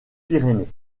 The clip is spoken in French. pyrénées